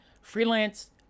freelance